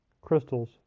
Crystal's